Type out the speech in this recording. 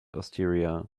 osteria